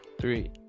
three